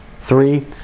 Three